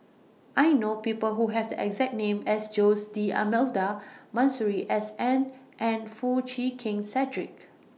I know People Who Have The exact name as Jose D'almeida Masuri S N and Foo Chee Keng Cedric